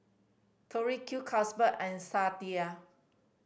Tori Q Carlsberg and Sadia